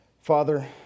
Father